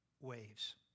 waves